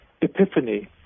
epiphany